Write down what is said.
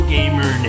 Gamer